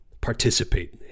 participate